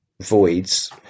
voids